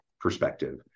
perspective